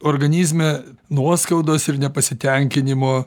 organizme nuoskaudos ir nepasitenkinimo